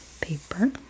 paper